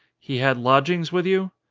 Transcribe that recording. he had lodgings with you?